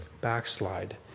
backslide